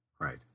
right